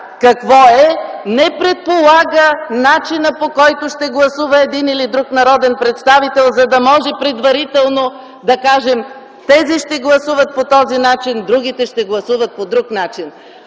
какво е, не предполага начина, по който ще гласува един или друг народен представител, за да може предварително да кажем: „Тези ще гласуват по този начин, другите ще гласуват по друг начин”.